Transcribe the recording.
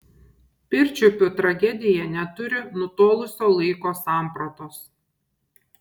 pirčiupių tragedija neturi nutolusio laiko sampratos